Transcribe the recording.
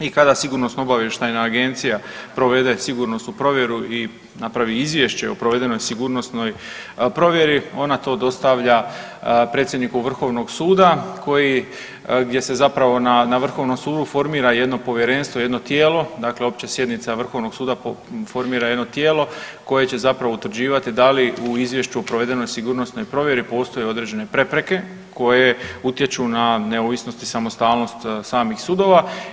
I kada Sigurnosno-obavještajna agencija provede sigurnosnu provjeru i napravi izvješće o provedenoj sigurnosnoj provjeri ona to dostavlja predsjedniku Vrhovnog suda, gdje se zapravo na Vrhovnom sudu formira jedno povjerenstvo, jedno tijelo dakle opća sjednica Vrhovnog suda formira jedno tijelo koje će zapravo utvrđivati da li u izvješću o provedenoj sigurnosnoj provjeri postoje određene prepreke, koje utječu na neovisnost i samostalnost samih sudova.